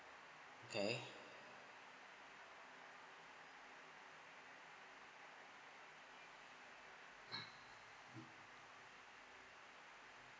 okay